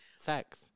sex